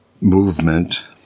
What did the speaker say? movement